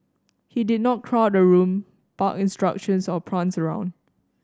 he did not crowd a room bark instructions or prance around